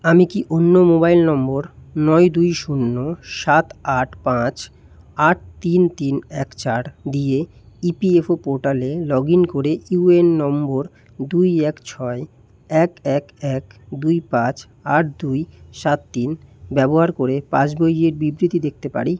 আমি কি অন্য মোবাইল নম্বর নয় দুই শূন্য সাত আট পাঁচ আট তিন তিন এক চার দিয়ে ইপিএফও পোর্টালে লগ ইন করে ইউএএন নম্বর দুই এক ছয় এক এক এক দুই পাঁচ আট দুই সাত তিন ব্যবহার করে পাসবইয়ের বিবৃতি দেখতে পারি